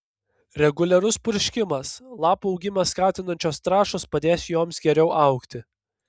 reguliarus purškimas lapų augimą skatinančios trąšos padės joms geriau augti